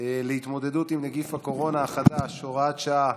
להתמודדות עם נגיף הקורונה החדש (הוראת שעה)